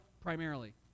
primarily